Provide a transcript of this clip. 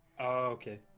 okay